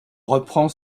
reprend